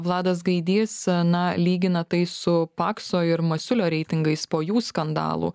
vladas gaidys na lygina tai su pakso ir masiulio reitingais po jų skandalų